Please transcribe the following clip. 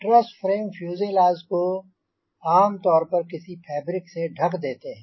truss frame fuselage को आमतौर पर किसी फ़ैब्रिक से ढक देते हैं